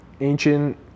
ancient